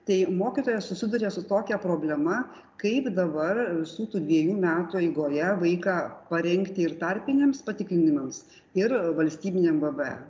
tai mokytojas susiduria su tokia problema kaip dabar visų tų dviejų metų eigoje vaiką parengti ir tarpiniams patikrinimams ir valstybiniam vbe